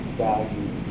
value